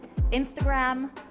Instagram